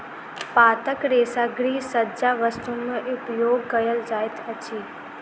पातक रेशा गृहसज्जा वस्तु में उपयोग कयल जाइत अछि